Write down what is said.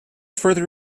further